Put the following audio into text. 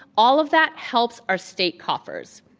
all of that helps our state coffers.